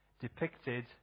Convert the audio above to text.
depicted